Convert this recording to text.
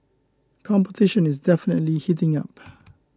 competition is definitely heating up